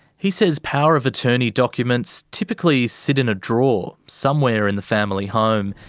he says power of attorney documents typically sit in a drawer somewhere in the family home,